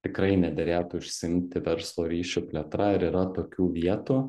tikrai nederėtų užsiimti verslo ryšių plėtra ar yra tokių vietų